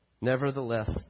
Nevertheless